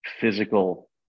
physical